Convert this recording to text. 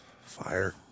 Fire